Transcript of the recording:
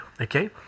Okay